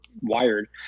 wired